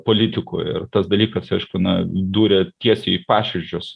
politikų ir tas dalykas aišku na dūrė tiesiai į paširdžius